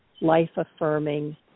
life-affirming